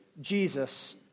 Jesus